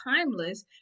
timeless